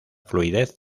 fluidez